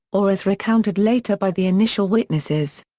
or as recounted later by the initial witnesses.